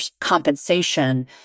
compensation